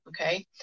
okay